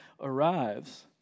arrives